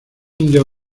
indio